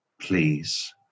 please